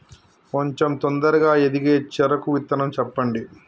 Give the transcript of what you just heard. కొంచం తొందరగా ఎదిగే చెరుకు విత్తనం చెప్పండి?